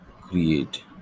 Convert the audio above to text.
create